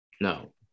No